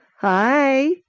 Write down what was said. Hi